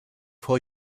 for